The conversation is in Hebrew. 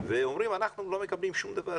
ואומרים שהם לא מקבלים שום דבר,